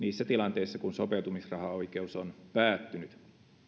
niissä tilanteissa kun sopeutumisrahaoikeus on päättynyt